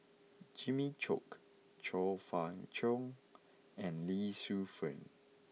Jimmy Chok Chong Fah Cheong and Lee Shu Fen